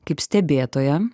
kaip stebėtoją